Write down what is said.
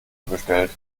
bestellt